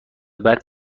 بعد